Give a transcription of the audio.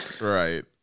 right